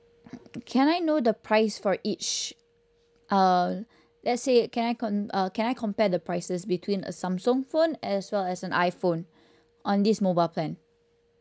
can I know the price for each uh let's say can I con err can I compare the prices between a Samsung phone as well as an iPhone on this mobile plan